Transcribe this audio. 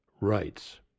rights